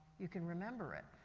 you can remember it.